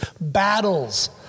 battles